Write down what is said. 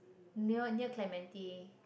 near near Clementi